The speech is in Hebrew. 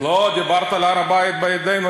דיברת על "הר-הבית בידינו".